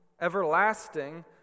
everlasting